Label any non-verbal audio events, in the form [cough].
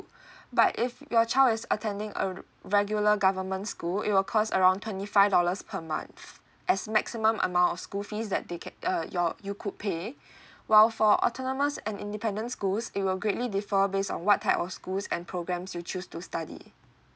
[breath] but if your child is attending a regular government school it will cost around twenty five dollars per month as maximum amount of school fees that they ca~ uh your you could pay while for autonomous and independent schools it will greatly differ based on what type of schools and programs you choose to study